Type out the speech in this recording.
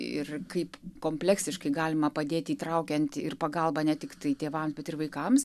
ir kaip kompleksiškai galima padėti įtraukiant ir pagalbą ne tiktai tėvams bet ir vaikams